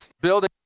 building